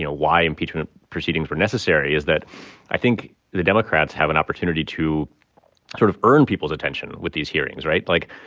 why impeachment proceedings were necessary is that i think the democrats have an opportunity to sort of earn people's attention with these hearings, right? like,